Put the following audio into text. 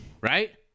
Right